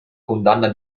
condanna